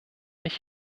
ich